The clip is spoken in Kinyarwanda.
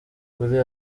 kuli